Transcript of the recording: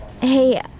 Hey